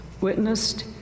witnessed